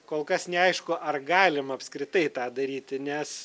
kol kas neaišku ar galim apskritai tą daryti nes